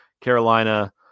Carolina